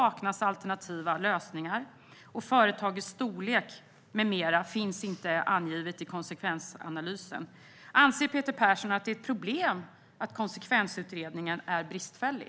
Det saknas alternativa lösningar, och företagens storlek med mera finns inte angivet i konsekvensanalysen. Anser Peter Persson att det är ett problem att konsekvensutredningen är bristfällig?